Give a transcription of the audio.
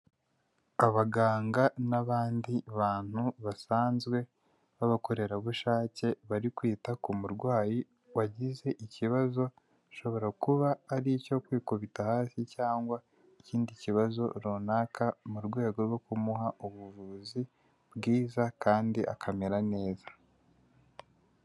Abaganga n'abandi bantu basanzwe b'abakorerabushake bari kwita ku murwayi wagize ikibazoa gishobora kuba ari icyo kwikubita hasi cyangwa ikindi kibazo runaka mu rwego rwo kumuha ubuvuzi bwiza kandi akamera neza.